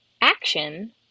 action